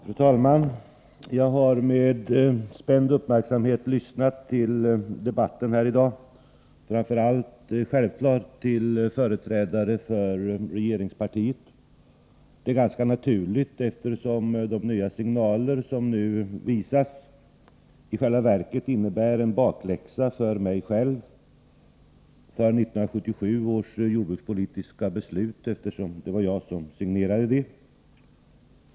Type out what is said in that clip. Fru talman! Jag har med spänd uppmärksamhet lyssnat till debatten här i dag, självfallet framför allt till företrädarna för regeringspartiet. Det är ganska naturligt, eftersom de nya signaler som nu hissas i själva verket innebär en bakläxa för mig själv när det gäller 1977 års jordbrukspolitiska beslut — det var jag som signerade det.